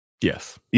Yes